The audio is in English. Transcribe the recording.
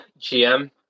GM